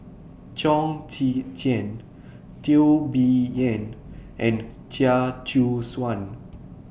Chong Tze Chien Teo Bee Yen and Chia Choo Suan